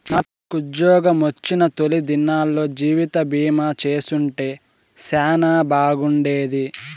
నాకుజ్జోగమొచ్చిన తొలి దినాల్లో జీవితబీమా చేసుంటే సానా బాగుండేది